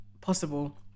possible